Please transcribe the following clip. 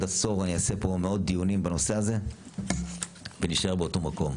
עשור אני אעשה פה מאות דיונים בנושא הזה ונשאר באותו מקום,